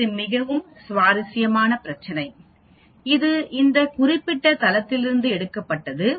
இது மிகவும் சுவாரஸ்யமான பிரச்சனை இது இந்த குறிப்பிட்ட தளத்திலிருந்து எடுக்கப்பட்டது